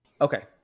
Okay